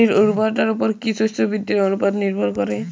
মাটির উর্বরতার উপর কী শস্য বৃদ্ধির অনুপাত নির্ভর করে?